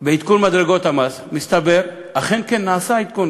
בעדכון מדרגות המס, מסתבר שאכן כן נעשה מדרגות,